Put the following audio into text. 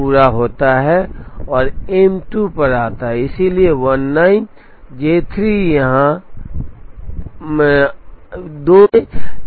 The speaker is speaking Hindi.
इसलिए 19 J 3 यहाँ आता है अब घड़ी समय के बराबर 15 के बराबर हो जाती है J 2 यहाँ उपलब्ध है